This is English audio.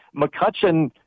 McCutcheon